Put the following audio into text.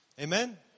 Amen